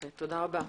תודה רבה.